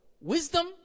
wisdom